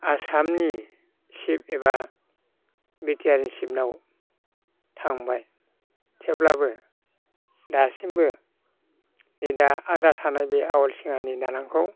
आसामनि चिफ एबा बिटिआरनि चिफनाव थांबाय थेवब्लाबो दासिमबो बै दा आद्रा थानाय बे आवलसिङानि दालांखौ